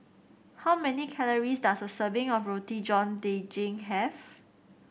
how many calories does a serving of Roti John Daging have